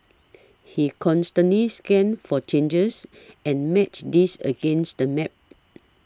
he constantly scanned for changes and matched these against the map